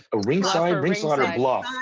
ah ringside ringside or bluff.